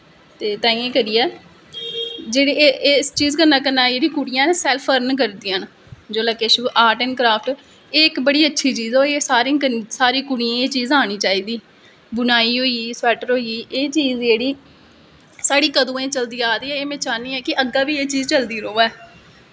ते ताहियें करियै इस चीज़ कन्नैं जेह्ड़ी कुड़ियां सैल्फ अर्न करदियां न जिसलै किश बी आर्ट ऐंड़ क्राफ्ट एह् इक बड़ा अच्छी चीज़ ऐ सारें गी करनी सारी कुड़ियें गी एह् चीज़ आनी चाही दी बुनाई होई गेई सबैटर होई गे एह् चीज़ जेह्ड़ी साढ़ी कदू दी चलदी आं दी ऐ में चाह्नी आं कि अग्गैं बी एह् चीज़ चलदी रवै